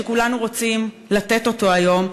שכולנו רוצים לתת היום,